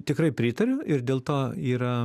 tikrai pritariu ir dėl to yra